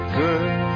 girl